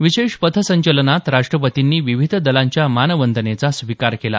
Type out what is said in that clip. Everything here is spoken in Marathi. विशेष पथसंचलनात राष्ट्रपतींनी विविध दलांच्या मानवंदनेचा स्वीकार केला